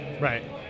Right